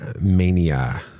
Mania